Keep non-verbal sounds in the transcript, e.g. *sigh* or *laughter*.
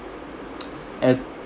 *noise* at